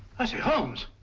i say, holmes.